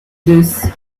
this